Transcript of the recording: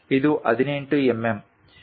ಇದು 18 ಎಂಎಂ